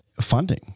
funding